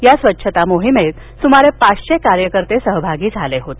या स्वच्छता मोहिमेत सुमारे पाचशे कार्यकर्ते सहभागी झाले होते